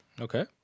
Okay